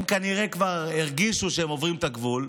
הם כנראה כבר הרגישו שהם עוברים את הגבול,